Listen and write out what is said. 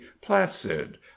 placid